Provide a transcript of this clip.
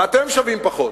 ואתם שווים פחות.